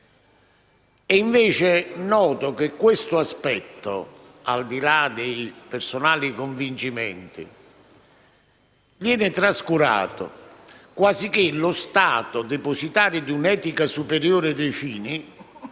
È invece noto che questo aspetto, al di là dei personali convincimenti, viene trascurato, quasi che lo Stato, depositario di un'etica superiore dei fini,